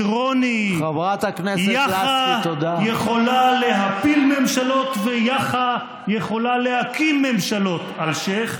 את רוני "יאח"ה יכולה להפיל ממשלות ויאח"ה יכולה להקים ממשלות" אלשיך,